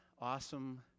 awesome